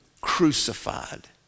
crucified